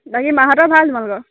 বাকী মাহতৰ ভাল তোমালোকৰ